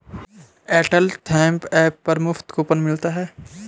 Airtel thanks app पर मुफ्त coupon मिलता है